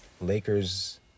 Lakers